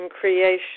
creation